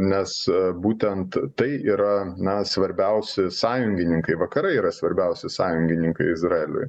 nes būtent tai yra na svarbiausi sąjungininkai vakarai yra svarbiausi sąjungininkai izraeliui